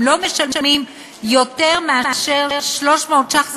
הם לא משלמים יותר מאשר 300 ש"ח.